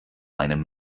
einen